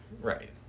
right